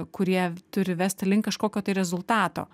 kurie turi vesti link kažkokio tai rezultato